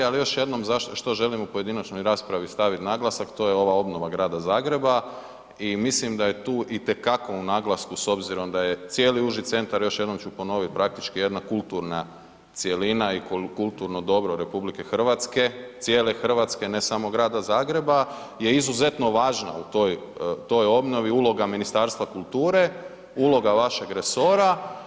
Ali još jednom što želim u pojedinačnoj raspravi staviti naglasak, to je ova obnova grada Zagreba i mislim da je tu itekako u naglasku s obzirom da je cijeli uži centar, još jednom ću ponoviti praktički jedna kulturna cjelina i kulturno dobro cijele Hrvatske, cijele Hrvatske ne samo grada Zagreba je izuzetna važna u toj obnovi, uloga Ministarstva kulture, uloga vašeg resora.